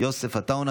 ויוסף עטאונה,